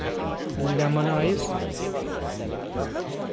lemon ice